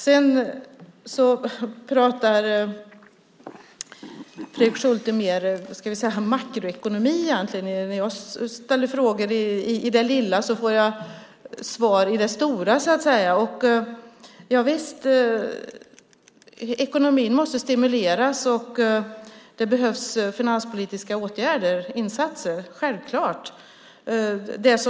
Fredrik Schulte pratar egentligen mer, kan vi säga, makroekonomi. När jag ställer frågor i det lilla får jag svar i det stora så att säga. Javisst, ekonomin måste stimuleras, och det behövs finanspolitiska åtgärder, insatser. Självklart är det så.